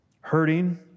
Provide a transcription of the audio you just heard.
hurting